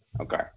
Okay